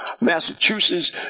Massachusetts